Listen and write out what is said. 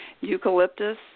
eucalyptus